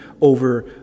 over